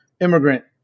Immigrant